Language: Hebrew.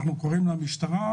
אנחנו קוראים למשטרה,